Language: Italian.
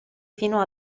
fino